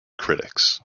critics